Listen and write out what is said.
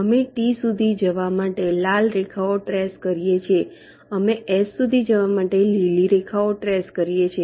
અમે T સુધી જવા માટે લાલ રેખાઓ ટ્રેસ કરીએ છે અમે S સુધી જવા માટે લીલી રેખાઓ ટ્રેસ કરીએ છે